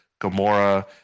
Gamora